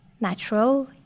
natural